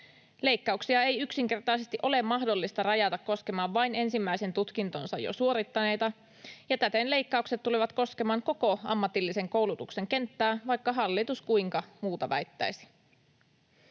Leikkauksia ei yksinkertaisesti ole mahdollista rajata koskemaan vain ensimmäisen tutkintonsa jo suorittaneita, ja täten leikkaukset tulevat koskemaan koko ammatillisen koulutuksen kenttää, vaikka hallitus kuinka muuta väittäisi.